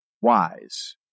wise